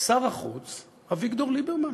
שר החוץ אביגדור ליברמן.